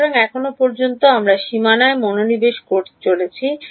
সুতরাং এখন পর্যন্ত আমরা সীমানায় মনোনিবেশ করে চলেছি